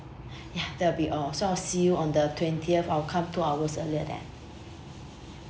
ya that will be all so I'll see you on the twentieth I will come two hours earlier then